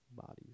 bodies